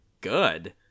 good